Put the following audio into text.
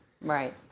Right